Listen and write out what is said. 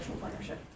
partnership